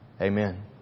Amen